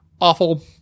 awful